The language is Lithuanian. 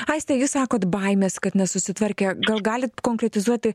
aiste jūs sakot baimės kad nesusitvarkę gal galit konkretizuoti